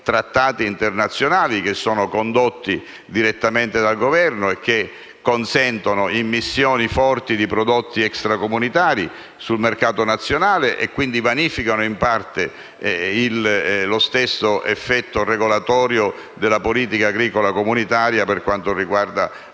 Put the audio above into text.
trattati internazionali, condotti direttamente dal Governo, che consentono forti immissioni di prodotti extracomunitari sul mercato nazionale e, quindi, vanificano in parte lo stesso effetto regolatorio della Politica agricola comune per quanto riguarda,